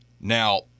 Now